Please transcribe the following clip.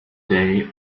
day